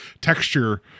texture